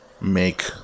make